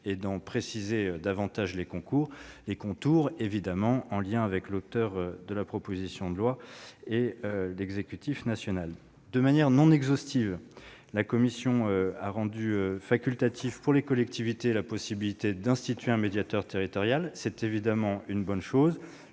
et d'en préciser davantage les contours, en liaison avec l'auteure de la proposition de loi et le pouvoir exécutif. De manière non exhaustive, la commission a rendu facultative pour les collectivités la possibilité d'instituer un médiateur territorial. C'est évidemment une bonne chose